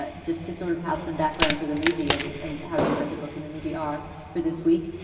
but just to sort of have some background for the movie and and how different the book and the movie are for this week.